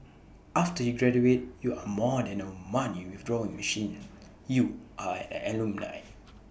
after you graduate you are more than A money withdrawing machine you are an alumni